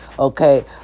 Okay